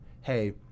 hey